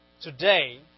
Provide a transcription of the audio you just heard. today